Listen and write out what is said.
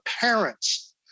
parents